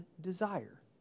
desire